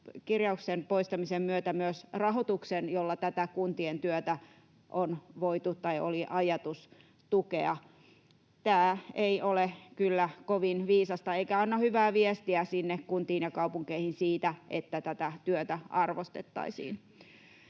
kirjauksen poistamisen myötä myös rahoituksen, jolla tätä kuntien työtä oli ajatus tukea. Tämä ei ole kyllä kovin viisasta eikä anna hyvää viestiä sinne kuntiin ja kaupunkeihin siitä, että tätä työtä arvostettaisiin.